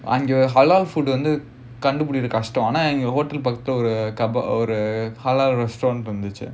அங்க:anga halal food வந்து கண்டு பிடிக்கிறது கஷ்டம் ஆனா:vandhu kandu pidikkirathu kashtam aanaa halal restaurant இருந்துச்சு:irunthuchu